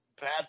bad